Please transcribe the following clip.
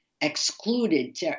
excluded